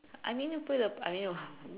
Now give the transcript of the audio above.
I mean you put in the I mean you